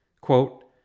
Quote